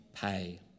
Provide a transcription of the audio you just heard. pay